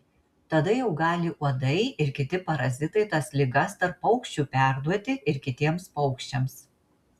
tada jau gali uodai ir kiti parazitai tas ligas tarp paukščių perduoti ir kitiems paukščiams